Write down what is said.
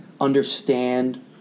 Understand